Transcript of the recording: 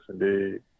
indeed